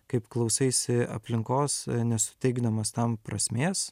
kaip klausaisi aplinkos nesuteikdamas tam prasmės